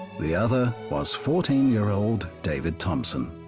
the other was fourteen year old david thompson.